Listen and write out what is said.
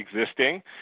existing